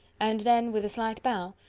and then, with a slight bow,